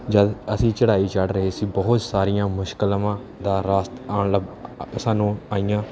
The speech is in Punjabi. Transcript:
ਜਦੋਂ ਅਸੀਂ ਚੜ੍ਹਾਈ ਚੜ੍ਹ ਰਹੇ ਸੀ ਬਹੁਤ ਸਾਰੀਆਂ ਮੁਸ਼ਕਿਲਾਂ ਦਾ ਸਾਨੂੰ ਆਈਆਂ